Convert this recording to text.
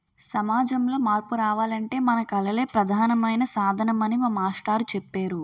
సమాజంలో మార్పు రావాలంటే మన కళలే ప్రధానమైన సాధనమని మా మాస్టారు చెప్పేరు